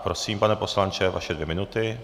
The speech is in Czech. Prosím, pane poslanče, vaše dvě minuty.